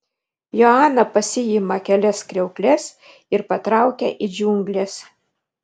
joana pasiima kelias kriaukles ir patraukia į džiungles